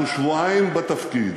אנחנו שבועיים בתפקיד.